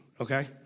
Okay